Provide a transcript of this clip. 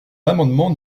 l’amendement